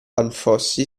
anfossi